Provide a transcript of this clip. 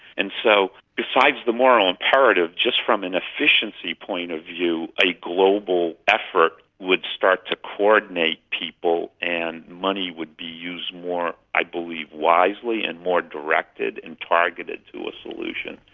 and so besides the moral imperative, just from an efficiency point of view, a global effort would start to coordinate people and money would be used more, i believe, wisely and more directed and targeted to a solution.